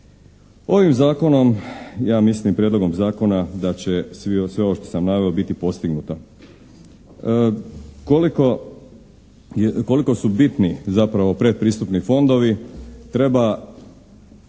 Ovim zakonom ja mislim, prijedlogom zakona da će sve ovo što sam naveo, biti postignuto. Koliko su bitni zapravo predpristupni fondovi treba,